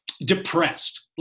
depressed